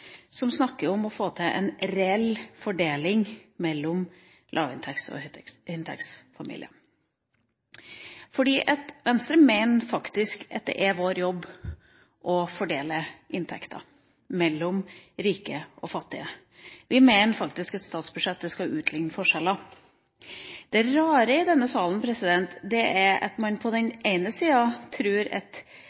vi snakker om å få til en reell fordeling mellom lavinntekts- og høyinntektsfamilier. Venstre mener at det er vår jobb å fordele inntekter mellom rike og fattige. Vi mener at statsbudsjettet skal utligne forskjeller. Det rare er at man i denne salen på den ene sida tror at